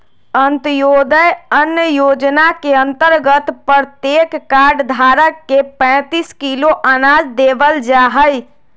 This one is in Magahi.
अंत्योदय अन्न योजना के अंतर्गत प्रत्येक कार्ड धारक के पैंतीस किलो अनाज देवल जाहई